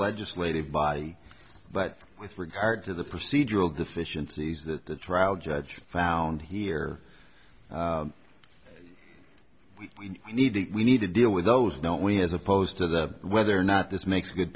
legislative body but with regard to the procedural deficiencies that the trial judge found here we need to we need to deal with those don't we as opposed to the whether or not this makes good